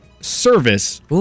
service